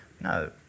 No